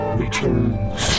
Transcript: returns